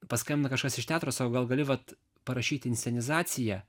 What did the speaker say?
paskambina kažkas iš teatro sako gal gali vat parašyti inscenizaciją